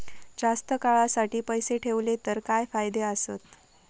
जास्त काळासाठी पैसे ठेवले तर काय फायदे आसत?